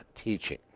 teaching